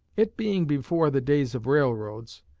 it being before the days of railroads,